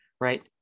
right